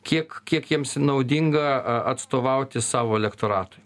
kiek kiek jiems naudinga atstovauti savo elektoratui